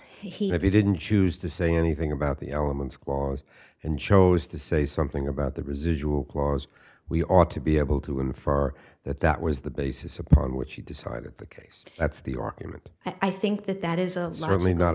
he didn't choose to say anything about the elements clause and chose to say something about the residual clause we ought to be able to infer that that was the basis upon which he decided the case that's the argument i think that that is